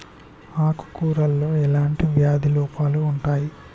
ఆకు కూరలో ఎలాంటి వ్యాధి లోపాలు ఉంటాయి?